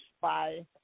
Bye